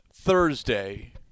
Thursday